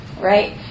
right